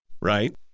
Right